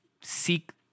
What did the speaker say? seek